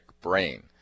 brain